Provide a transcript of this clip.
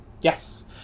Yes